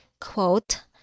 quote